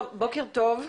בוקר טוב,